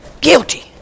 Guilty